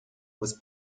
was